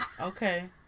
Okay